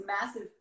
massive